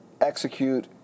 execute